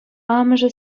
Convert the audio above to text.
амӑшӗ